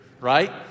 right